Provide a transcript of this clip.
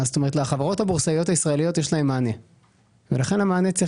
לחברות הבורסאיות הישראליות יש מענה ולכן המענה צריך